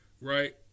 right